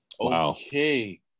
Okay